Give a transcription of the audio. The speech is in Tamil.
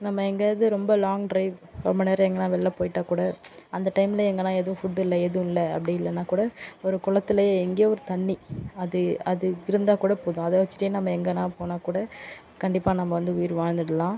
நம்ம எங்கேயாது ரொம்ப லாங் ட்ரைவ் ரொம்ப நேரோ எங்கேனா வெளில போயிட்டா கூட அந்த டைமில் எங்கேனா எதுவும் ஃபுட் இல்லை எதுவும் இல்லை அப்படி இல்லைனா கூட ஒரு குளத்தில் எங்கேயோ ஒரு தண்ணி அது அது இருந்தால் கூட போதும் அத வெச்சுட்டே நம்ம எங்கேனா போனால் கூட கண்டிப்பாக நம்ம வந்து உயிர் வாழ்ந்துடலாம்